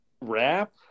rap